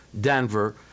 Denver